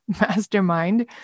mastermind